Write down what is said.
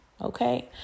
Okay